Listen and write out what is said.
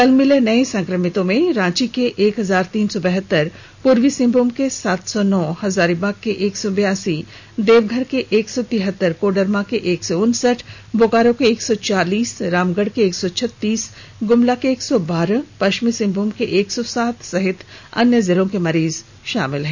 कल मिले नए संक्रमितों में रांची के एक हजार तीन सौ बहतर पूर्वी सिंहभूम के सात सौ नौ हजारीबाग के एक सौ बेयासी देवघर के एक सौ तिहतर कोडरमा के एक सौ उनसठ बोकारो के एक सौ चालीस रामगढ़ के एक सौ छत्तीस गुमला के एक सौ बारह पश्चिमी सिंहभूम के एक सौ सात सहित अन्य जिलों के मरीज शामिल हैं